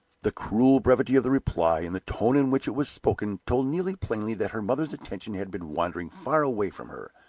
the cruel brevity of the reply, and the tone in which it was spoken, told neelie plainly that her mother's attention had been wandering far away from her,